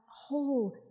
whole